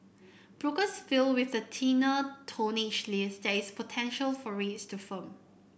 brokers feel with the thinner tonnage list there is potential for rates to firm